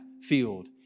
field